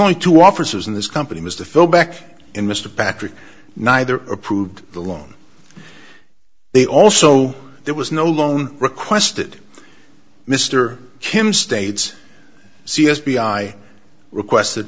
only two offices in this company was to fill back in mr patrick neither approved the loan they also there was no loan requested mr kim states c s b i requested